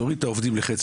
תוריד את העובדים לחצי.